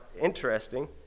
interesting